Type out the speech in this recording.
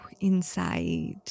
inside